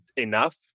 Enough